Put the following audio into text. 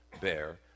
bear